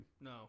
No